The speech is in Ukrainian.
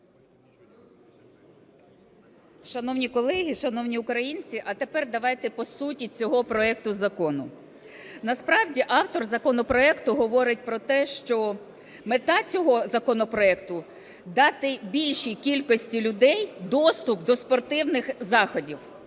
Шановні колеги, шановні українці! А тепер давайте по суті цього проекту закону. Насправді автор законопроекту говорить про те, що мета цього законопроекту – дати більшій кількості людей доступ до спортивних заходів.